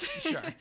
Sure